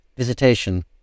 Visitation